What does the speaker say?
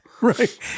Right